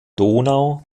donau